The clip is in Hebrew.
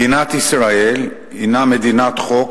מדינת ישראל הינה מדינת חוק,